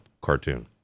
cartoon